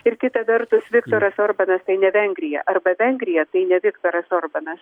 ir kita vertus viktoras orbanas tai ne vengrija arba vengrija teigia viktoras orbanas